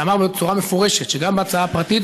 שאמר בצורה מפורשת שגם בהצעה הפרטית